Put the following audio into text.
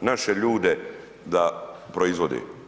naše ljude da proizvode.